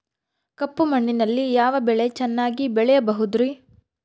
ಕಪ್ಪು ಮಣ್ಣಿನಲ್ಲಿ ಯಾವ ಬೆಳೆ ಚೆನ್ನಾಗಿ ಬೆಳೆಯಬಹುದ್ರಿ?